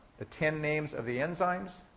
the ten names of the enzymes,